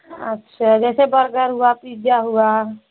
अच्छा जैसे बर्गर हुआ पिज़्ज़ा हुआ